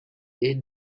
est